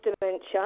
dementia